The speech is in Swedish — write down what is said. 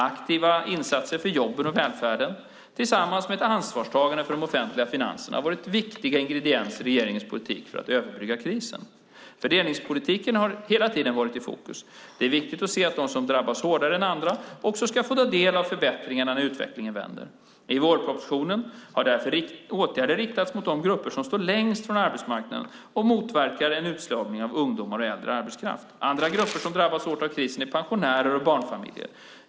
Aktiva insatser för jobben och välfärden tillsammans med ett ansvarstagande för de offentliga finanserna har varit viktiga ingredienser i regeringens politik för att överbrygga krisen. Fördelningspolitiken har hela tiden varit i fokus. Det är viktigt att de som drabbas hårdare än andra också ska få ta del av förbättringarna när utvecklingen vänder. I vårpropositionen har därför åtgärder riktats mot de grupper som står längst från arbetsmarknaden och för att motverka en utslagning av ungdomar och äldre arbetskraft. Andra grupper som har drabbats hårt av krisen är pensionärer och barnfamiljer.